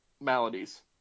Maladies